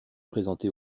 présentée